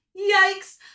yikes